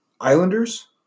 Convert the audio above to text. Islanders